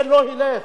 זה לא ילך.